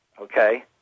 okay